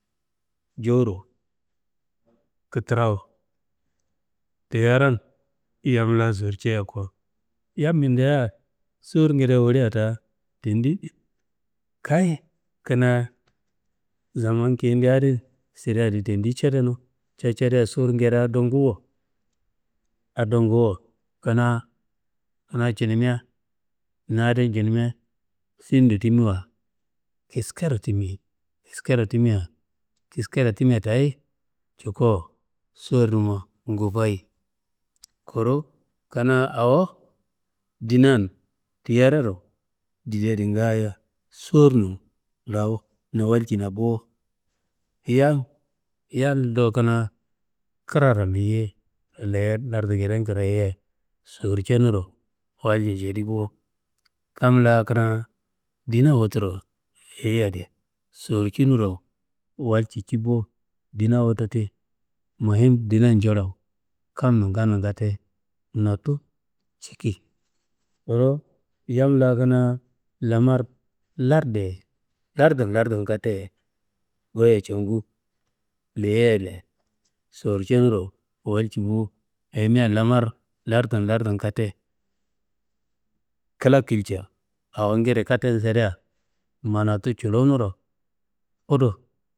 Jewuro, ktrawu teyaran yam la sowurceiya ko, yam mindea sowurnguedea wallia da tandi kayi kanaa zaman kayidea adin sireadi tandi cedenu, ca cedea sowurngedea ado nguwuwo ado nguwuwo. Kanaa cinime na adin cinime sin do timiwa kiskero timi, kiskero timia kiskero timia dayi cuko sowurnuma ngufayi. Kuru kanaa awo ndinan teyiraro didia di ngaayo, sowurnun lawu na waljina bo, Yal do kanaa kraro leyei, leye lartu ngeden krayeiya, sowurcenuro walcu cedibo. Kam la kanaa dina wuturo leyȩi adi sowurcinuro walcu cibo. Dina wutu ti muhim dina njulowo, kan- nun kan- nun katte nottu ciki. Kuru yam la kanaa lamar lardiye, lartu n lartu n katteye goyo cengu leyei adi sorwurcenuro walci bo, ayimia lamar lartu n lartu n katte kla kilja awongede katte sedea manatu culunuro fudu.